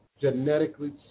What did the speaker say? genetically